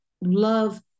love